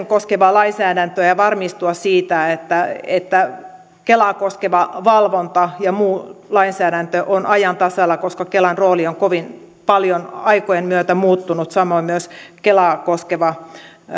koskevaa lainsäädäntöä ja varmistua siitä että että kelaa koskeva valvonta ja muu lainsäädäntö on ajan tasalla koska kelan rooli on kovin paljon aikojen myötä muuttunut samoin myös kelaa koskeva